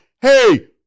Hey